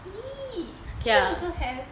E E also have